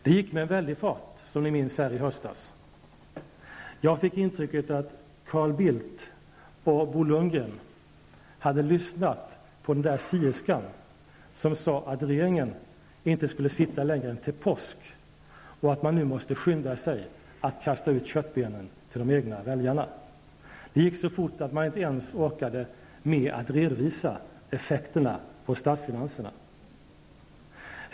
Det gick med en väldig fart i höstas, som vi minns. Jag fick intrycket att Carl Bildt och Bo Lundgren hade lyssnat på den där sierskan, som sade att regeringen inte skulle sitta längre än till påsk och att man nu måste skynda sig att kasta ut köttbenen till de egna väljarna. Det gick så fort att man inte ens orkade med att redovisa effekterna på statsfinanserna.